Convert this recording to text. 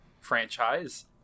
franchise